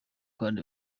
kandi